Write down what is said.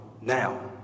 now